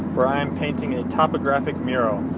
where i am painting a topographic mural.